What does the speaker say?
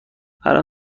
الان